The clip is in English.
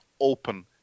open